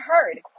heard